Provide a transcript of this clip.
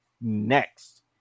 next